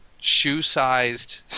shoe-sized